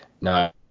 No